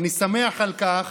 אני שמח על כך